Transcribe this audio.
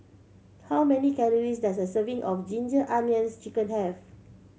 how many calories does a serving of Ginger Onions Chicken have